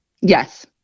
yes